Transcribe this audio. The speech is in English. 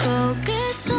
Focus